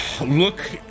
look